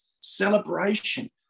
celebration